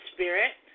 Spirit